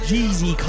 Jeezy